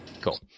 Cool